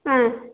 ஆ